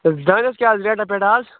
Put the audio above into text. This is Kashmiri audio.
دانٮ۪س کیٛاہ آز ریٹَہ پیٹَہ آز